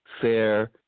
fair